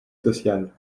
sociale